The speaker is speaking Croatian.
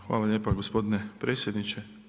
Hvala lijepa gospodine predsjedniče.